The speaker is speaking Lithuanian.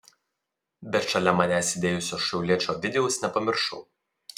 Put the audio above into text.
bet šalia manęs sėdėjusio šiauliečio ovidijaus nepamiršau